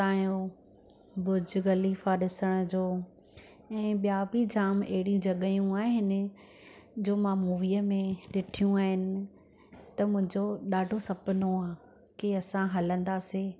उतांजो Burj Khalifa ॾिसण जो ऐं ॿिया बि जाम अहिड़ियूं जॻहियूं आहिनि जो मां मूवीअ में ॾिठियूं आहिनि त मुंहिंजो ॾाढो सुपिनो आहे की असां हलंदासीं